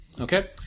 Okay